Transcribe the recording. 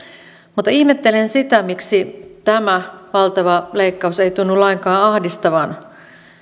mutta ihmettelen sitä miksi tämä valtava leikkaus ei tunnu lainkaan ahdistavan